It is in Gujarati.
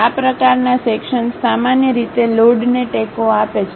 આ પ્રકારના સેક્શનસ સામાન્ય રીતે લોડ ને ટેકો આપે છે